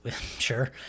Sure